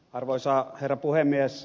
arvoisa herra puhemies